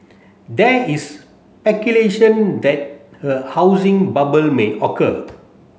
there is speculation that a housing bubble may occur